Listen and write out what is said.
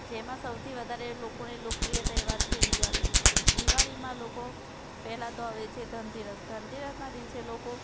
જેમાં સૌથી વધારે લોકોને લોકપ્રિય તહેવાર છે દિવાળી દિવાળીમાં લોકો પહેલાં તો આવે છે ધનતેરસ ધનતેરસના દિવસે લોકો